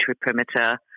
perimeter